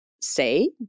say